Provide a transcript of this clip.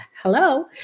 hello